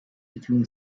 between